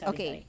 Okay